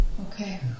Okay